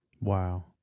Wow